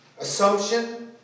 Assumption